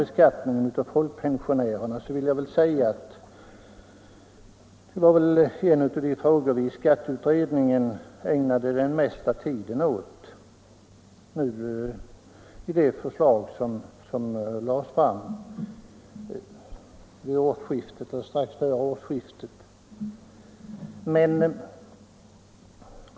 Beskattningen av folkpensionärerna var en av de frågor som vi i skatteutredningen ägnade den mesta tiden åt när vi utarbetade det förslag som lades fram strax före årsskiftet.